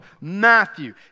Matthew